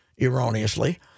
erroneously